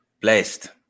Blessed